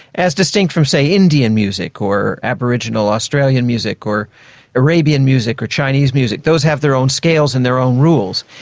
as distinct from, say, indian music or aboriginal australian music or arabian music or chinese music, those have their own scales and their own rules.